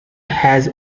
has